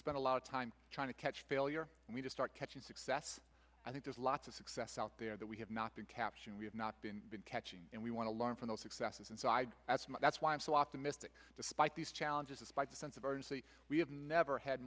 spend a lot of time trying to catch failure and we just are catching success i think there's lots of success out there that we have not been capturing we have not been been catching and we want to learn from those successes inside that's not that's why i'm so optimistic despite these challenges despite the sense of urgency we have never had